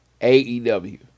AEW